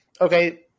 Okay